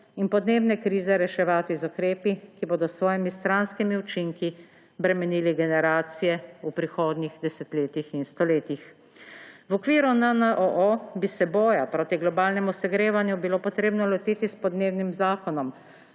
in podnebne krize reševati z ukrepi, ki bodo s svojimi stranskimi učinki bremenili generacije v prihodnjih desetletjih in stoletjih. V okviru NNOO bi se boja proti globalnemu segrevanju bilo treba lotiti s podnebnim zakonom,